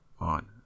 on